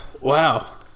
Wow